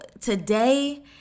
today